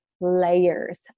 layers